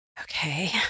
Okay